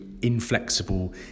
inflexible